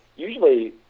Usually